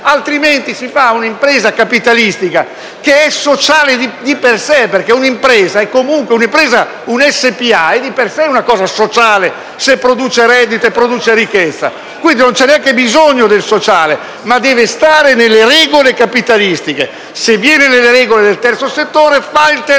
altrimenti si fa un'impresa capitalistica, che è sociale di per sé, perché un'impresa, una SpA è di per sé un'istituzione sociale, se produce reddito e ricchezza. Quindi, non c'è neanche bisogno del sociale, ma deve stare nelle regole capitalistiche; se viene nelle regole del terzo settore, fa il terzo